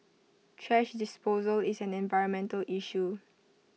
thrash disposal is an environmental issue